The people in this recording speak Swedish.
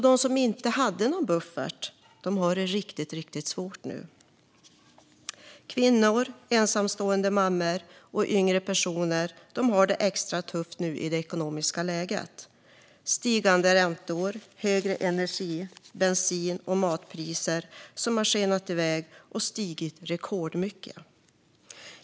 De som inte hade någon buffert har det riktigt svårt. Kvinnor, ensamstående mammor och yngre personer har det extra tufft i det ekonomiska läge vi befinner oss med stigande räntor, högre energi, bensin och matpriser. De har skenat iväg och stigit rekordmycket.